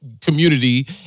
community